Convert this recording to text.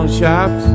shops